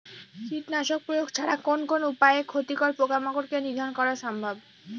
কীটনাশক প্রয়োগ ছাড়া কোন কোন উপায়ে ক্ষতিকর পোকামাকড় কে নিধন করা সম্ভব?